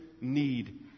need